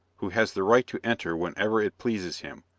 who has the right to enter whenever it pleases him,